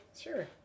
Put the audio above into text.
Sure